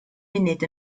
munud